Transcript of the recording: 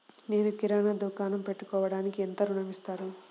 నేను కిరాణా దుకాణం పెట్టుకోడానికి ఎంత ఋణం ఇస్తారు?